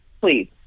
please